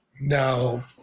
No